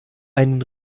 einen